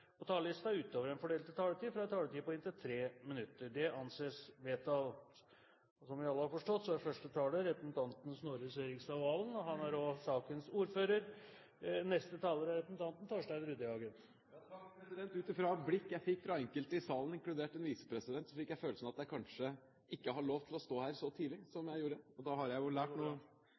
på talerlisten utover den fordelte taletid, får en taletid på inntil 3 minutter. – Det anses vedtatt. Og som vi alle har forstått, er første taler Snorre Serigstad Valen, og han er også sakens ordfører. Ut fra blikk jeg fikk fra enkelte i salen, inkludert en visepresident, fikk jeg følelsen av at jeg kanskje ikke har lov til å stå her så tidlig som jeg gjorde, og da har jeg i så fall lært noe